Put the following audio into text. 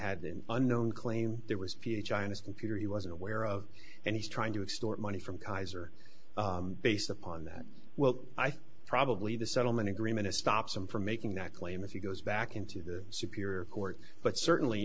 had an unknown claim there was a few chinese computer he wasn't aware of and he's trying to extort money from kaiser based upon that well i think probably the settlement agreement to stop them from making that claim as he goes back into the superior court but certainly